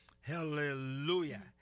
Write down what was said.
hallelujah